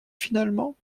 finalement